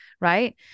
right